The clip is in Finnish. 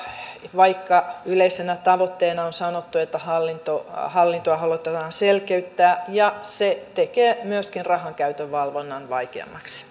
vaikka yleisenä tavoitteena on sanottu että hallintoa hallintoa halutaan selkeyttää ja se tekee myöskin rahankäytön valvonnan vaikeammaksi